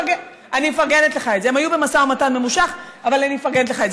הם היו במשא ומתן ממושך, אבל אני מפרגנת לך את זה.